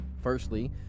Firstly